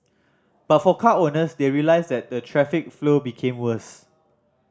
but for car owners they realised that the traffic flow became worse